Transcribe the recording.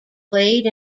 played